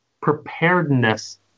preparedness